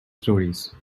stories